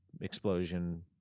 explosion